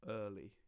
early